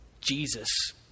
Jesus